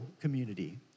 community